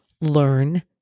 learn